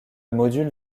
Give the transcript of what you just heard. module